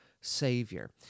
Savior